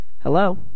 Hello